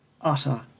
utter